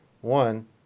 One